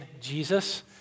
Jesus